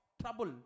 trouble